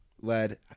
led